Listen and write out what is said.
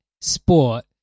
sport